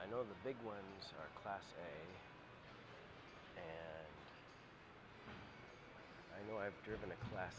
i know the big ones are class i know i've driven a class